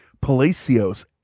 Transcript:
Palacios